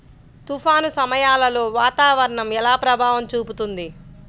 తుఫాను సమయాలలో వాతావరణం ఎలా ప్రభావం చూపుతుంది?